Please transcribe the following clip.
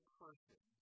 person